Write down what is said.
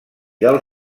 del